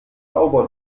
sauber